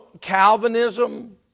Calvinism